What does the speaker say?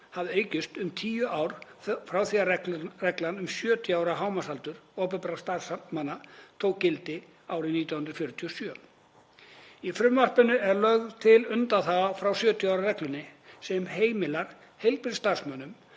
hafi aukist um tíu ár frá því að reglan um 70 ára hámarksaldur opinberra starfsmanna tók gildi árið 1947. Í frumvarpinu er lögð til undanþága frá 70 ára reglunni sem heimilar heilbrigðisstarfsmönnum